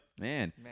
Man